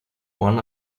one